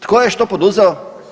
Tko je što poduzeo?